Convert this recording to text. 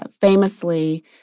famously